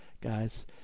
Guys